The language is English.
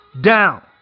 down